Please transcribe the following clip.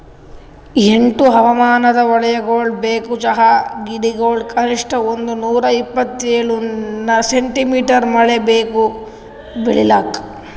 ಎಂಟು ಹವಾಮಾನದ್ ವಲಯಗೊಳ್ ಬೇಕು ಚಹಾ ಗಿಡಗೊಳಿಗ್ ಕನಿಷ್ಠ ಒಂದುನೂರ ಇಪ್ಪತ್ತೇಳು ಸೆಂಟಿಮೀಟರ್ ಮಳೆ ಬೇಕು ಬೆಳಿಲಾಕ್